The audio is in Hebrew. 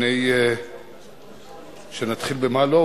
לפני שנתחיל במה לא,